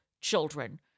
children